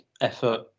effort